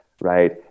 right